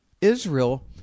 Israel